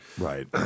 Right